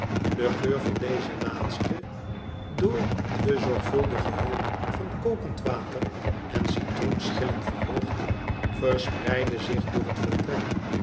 de geur van deze laatste door de zorgvuldige hulp van kokend water en citroenschillen verhoogd verspreidde zich door het vertrek